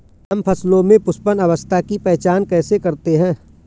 हम फसलों में पुष्पन अवस्था की पहचान कैसे करते हैं?